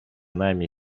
najmniej